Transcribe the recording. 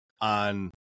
on